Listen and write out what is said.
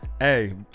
Hey